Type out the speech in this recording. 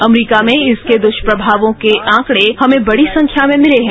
अमरीका में इसके दुष्प्रभावों के आंकड़े हमे बड़ी संख्या में मिले हैं